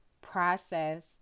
process